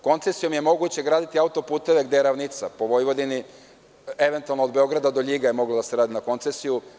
Koncesijom je moguće graditi autoputeve gde je ravnica, po Vojvodini, eventualno od Beograda do Ljiga, mogu da se rade na koncesiju.